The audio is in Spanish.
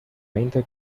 veinte